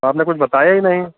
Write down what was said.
आपने कुछ बताया ही नहीं